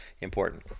important